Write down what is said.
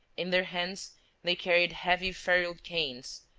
in their hands they carried heavy ferruled canes,